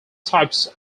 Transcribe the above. types